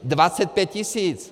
Dvacet pět tisíc!